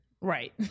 Right